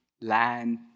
land